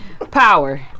Power